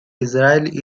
israel